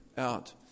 Out